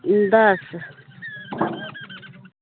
दस